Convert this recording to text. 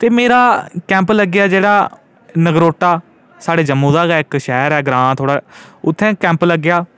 ते मेरा कैंप लग्गेआ जेह्ड़ा नगरोटा साढ़े जम्मू दा गै इक शैह्र ऐ ग्रांऽ थोहड़ा उत्थै कैंप लग्गेआ